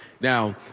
Now